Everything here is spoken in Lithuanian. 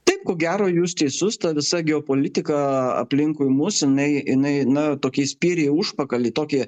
taip ko gero jūs teisus ta visa geopolitika aplinkui mus jinai jinai na tokį spyrį į užpakalį tokį